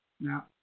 Now